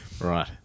Right